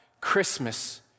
Christmas